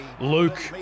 Luke